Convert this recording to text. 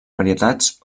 varietats